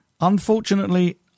unfortunately